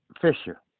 Fisher